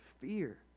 fear